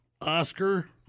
Oscar